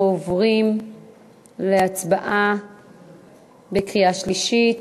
אנחנו עוברים להצבעה בקריאה שלישית.